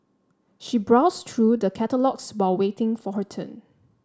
she browsed through the catalogues while waiting for her turn